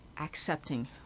accepting